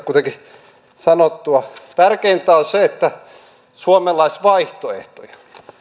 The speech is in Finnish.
kuitenkin sanottua tärkeintä on se että suomella olisi vaihtoehtoja